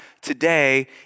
today